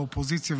באופוזיציה,